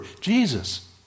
Jesus